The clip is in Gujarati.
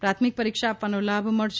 પ્રાથમિક પરીક્ષા આપવાનો લાભ મળશે